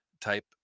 type